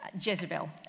Jezebel